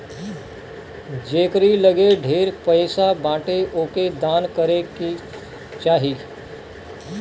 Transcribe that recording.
जेकरी लगे ढेर पईसा बाटे ओके दान करे के चाही